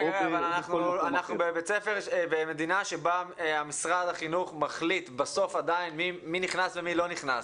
אנחנו במדינה שבה משרד החינוך מחליט בסוף מי נכנס ומי לא נכנס.